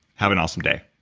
have an awesome day